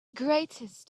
greatest